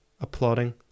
applauding